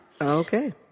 Okay